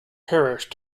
parish